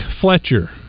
Fletcher